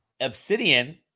obsidian